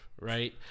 right